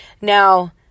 now